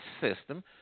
system